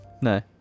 No